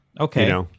Okay